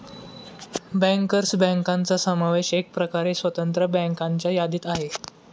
bankers बँकांचा समावेश एकप्रकारे स्वतंत्र बँकांच्या यादीत आहे